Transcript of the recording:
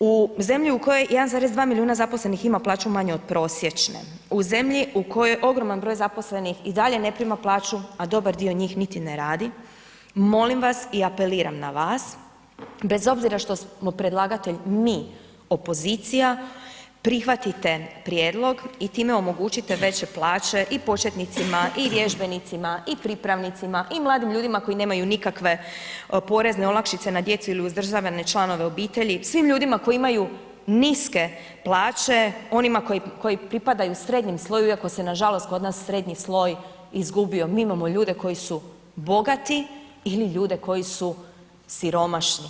u zemlju u kojoj 1,2 milijuna zaposlenih ima plaću manju od prosječne, u zemlji u kojoj je ogroman broj zaposlenih i dalje ne prima plaću, a dobar dio njih niti ne radi, molim vas i apeliram na vas, bez obzira što smo predlagatelj mi, opozicija, prihvatite prijedlog i time omogućite veće plaće i početnicima i vježbenicima i pripravnicima i mladim ljudima koji nemaju nikakve porezne olakšice na djecu ili uzdržavane članove obitelji, svim ljudima koji imaju niske plaće, onima koji pripadaju srednjem sloju iako se nažalost kod nas srednji sloj izgubio, mi imamo ljude koji su bogati ili ljude koji su siromašni.